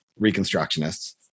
reconstructionists